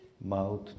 Mouth